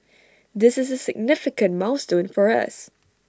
this is A significant milestone for us